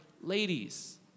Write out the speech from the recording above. ladies